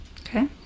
Okay